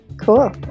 Cool